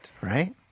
right